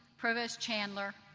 provost chandler,